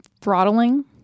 throttling